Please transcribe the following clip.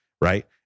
right